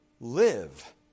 live